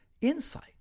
insight